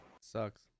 Sucks